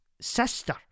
sister